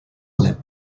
alep